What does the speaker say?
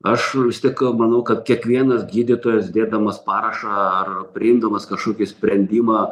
aš vis tiek manau kad kiekvienas gydytojas dėdamas parašą ar priimdamas kažkokį sprendimą